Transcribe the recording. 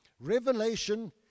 Revelation